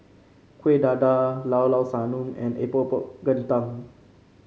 Kueh Dadar Llao Llao Sanum and Epok Epok Kentang